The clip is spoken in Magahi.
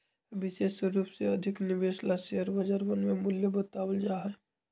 विशेष रूप से अधिक निवेश ला शेयर बजरवन में मूल्य बतावल जा हई